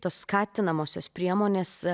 tos skatinamosios priemonės